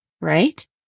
Right